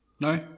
No